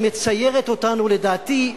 שמציירת אותנו, לדעתי,